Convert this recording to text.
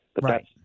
Right